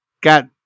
got